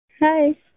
Hi